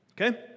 okay